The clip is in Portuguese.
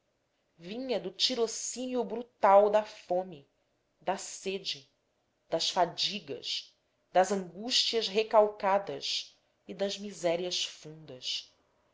vinha do tirocínio brutal da fome da sede das fadigas das angústias recalcadas e das misérias fundas